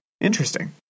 interesting